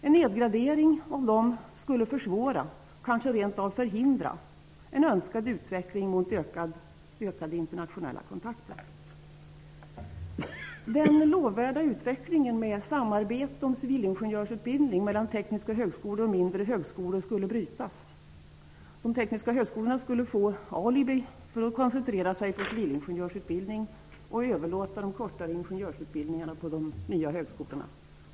En nedgradering av dem skulle försvåra och kanske rent av förhindra en önskad utveckling mot ökade internationella kontakter. Den lovvärda utvecklingen med samarbete om civilingenjörsutbildning mellan tekniska högskolor och mindre högskolor skulle brytas. De tekniska högskolorna skulle få alibi för att koncentrera sig på civilingenjörsutbildning och överlåta de kortare ingenjörsutbildningarna på de nya högskolorna.